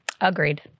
Agreed